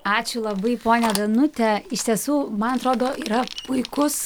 ačiū labai ponia danute iš tiesų man atrodo yra puikus